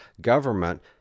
government